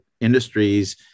industries